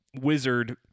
wizard